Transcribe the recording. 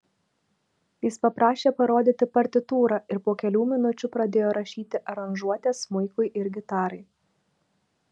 jis paprašė parodyti partitūrą ir po kelių minučių pradėjo rašyti aranžuotes smuikui ir gitarai